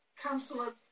Councillor